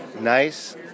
Nice